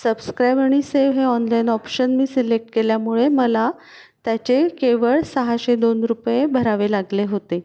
subscribe आणि save हे online option मी सिलेक्ट केल्यामुळे मला त्याचे केवळ सहाशे दोन रुपये भरावे लागले होते